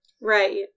Right